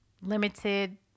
limited